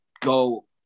go